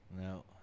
No